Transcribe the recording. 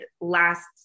last